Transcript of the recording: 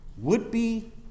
Would-be